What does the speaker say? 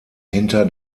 hinter